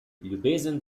ljubezen